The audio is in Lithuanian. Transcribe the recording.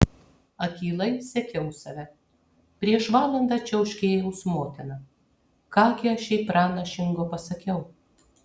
akylai sekiau save prieš valandą čiauškėjau su motina ką gi aš jai pranašingo pasakiau